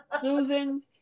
Susan